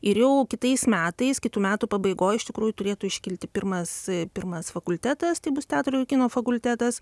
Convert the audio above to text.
ir jau kitais metais kitų metų pabaigoj iš tikrųjų turėtų iškilti pirmas pirmas fakultetas tai bus teatro ir kino fakultetas